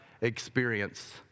experience